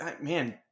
man